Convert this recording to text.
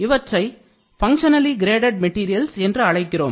இவற்றை functionally graded materials என்று அழைக்கிறோம்